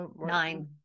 Nine